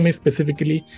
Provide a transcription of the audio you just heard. specifically